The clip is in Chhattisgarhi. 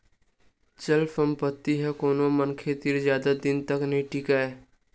चल संपत्ति ह कोनो मनखे तीर जादा दिन तक नइ टीकय